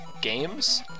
games